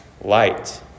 light